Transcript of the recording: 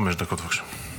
חמש דקות, בבקשה.